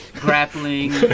Grappling